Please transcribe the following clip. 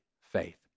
faith